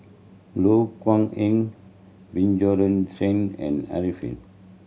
Loh Kok Heng Bjorn Shen and Arifin